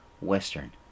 western